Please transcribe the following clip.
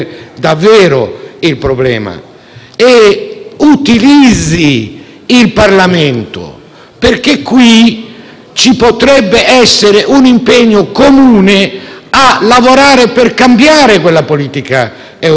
perché qui ci potrebbe essere un impegno comune a lavorare per cambiare quella politica europea. Lo utilizzi; chieda più coerenza al suo Governo; sia coerente.